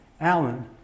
Alan